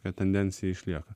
ta tendencija išlieka